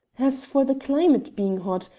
as for the climate being hot,